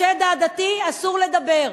על השד העדתי אסור לדבר,